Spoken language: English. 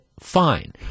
fine